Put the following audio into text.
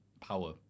power